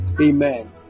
Amen